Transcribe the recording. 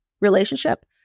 relationship